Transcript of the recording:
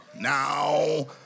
Now